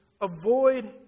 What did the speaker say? avoid